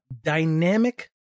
dynamic